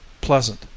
pleasant